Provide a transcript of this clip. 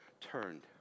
turned